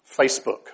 Facebook